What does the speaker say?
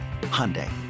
Hyundai